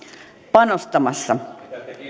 panostamassa